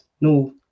no